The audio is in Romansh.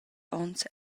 onns